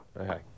Okay